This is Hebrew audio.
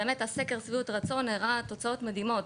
באמת, סקר שביעות הרצון הראה תוצאות מדהימות,